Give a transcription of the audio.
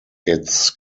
its